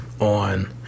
on